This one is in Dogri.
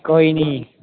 कोई निं